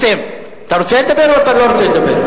נסים, אתה רוצה לדבר או אתה לא רוצה לדבר?